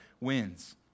wins